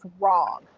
wrong